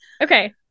Okay